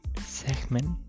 segment